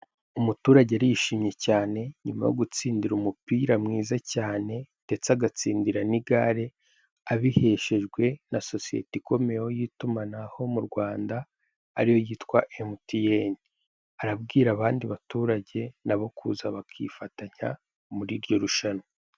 Umuturage arishimye cyane nyuma yo gutsindira umupira mwiza cyane ndetse agatsindira n'igare abiheshejwe na sosiyete ikomeye y'itumanaho mu Rwanda, ari yo yitwa Emutiyeni. Arabwira abandi baturage na bo kuza bakifatanya muri iryo rushanwa.